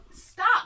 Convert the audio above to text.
Stop